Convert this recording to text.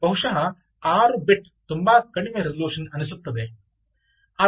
ಬಹುಶಃ 6 ಬಿಟ್ ತುಂಬಾ ಕಡಿಮೆ ರೆಸಲ್ಯೂಶನ್ ಅನಿಸುತ್ತದೆ